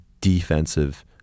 defensive